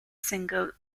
single